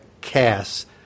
cast